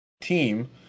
team